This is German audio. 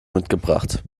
mitgebracht